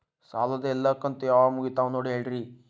ಸಾಲದ ಎಲ್ಲಾ ಕಂತು ಯಾವಾಗ ಮುಗಿತಾವ ನೋಡಿ ಹೇಳ್ರಿ